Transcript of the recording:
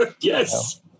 Yes